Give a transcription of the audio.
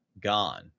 gone